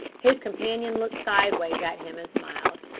his companion looked sideways at him and smiled.